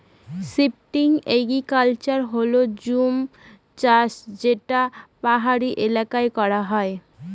shifting agriculture হল জুম চাষ যেটা পাহাড়ি এলাকায় করা হয়